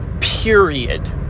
Period